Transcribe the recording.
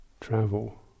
travel